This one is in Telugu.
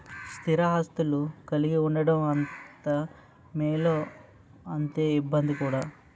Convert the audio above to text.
స్థిర ఆస్తులు కలిగి ఉండడం ఎంత మేలో అంతే ఇబ్బంది కూడా